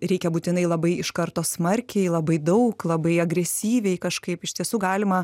reikia būtinai labai iš karto smarkiai labai daug labai agresyviai kažkaip iš tiesų galima